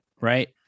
right